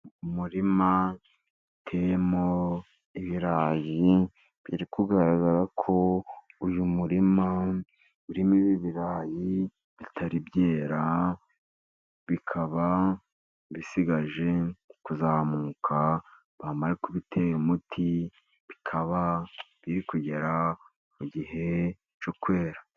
Umurima utemo ibirayi, biri kugaragara ko uyu murima urimo ibirayi bitari byera, bikaba bisigaje kuzamuka bamara kubitera umuti bikaba biri kugera mu gihe cyo kwera.